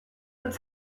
het